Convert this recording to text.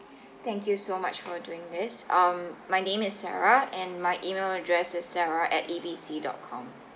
thank you so much for doing this um my name is sarah and my email address is sarah at A B C dot com